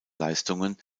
leistungen